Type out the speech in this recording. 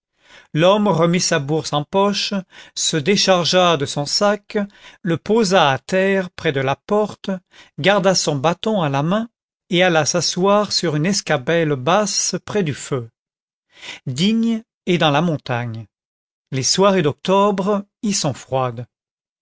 l'homme remit sa bourse en poche se déchargea de son sac le posa à terre près de la porte garda son bâton à la main et alla s'asseoir sur une escabelle basse près du feu digne est dans la montagne les soirées d'octobre y sont froides